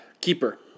Keeper